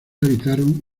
habitaron